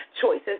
choices